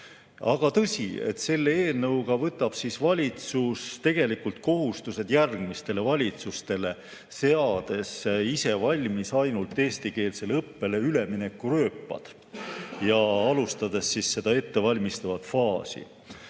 tõsi, selle eelnõuga võtab valitsus tegelikult kohustused järgmistele valitsustele, seades ise valmis ainult eestikeelsele õppele ülemineku rööpad ja alustades seda ettevalmistavat faasi.